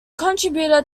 contributor